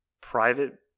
private